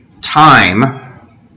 time